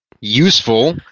useful